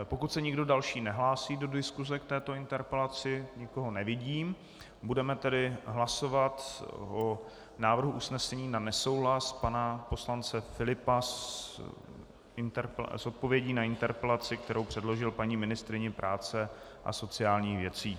Pokud se nikdo další nehlásí do diskuse k této interpelaci, nikoho nevidím, budeme tedy hlasovat o návrhu usnesení na nesouhlas pana poslance Filipa s odpovědí na interpelaci, kterou předložil paní ministryni práce a sociálních věcí.